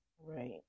Right